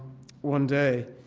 one day.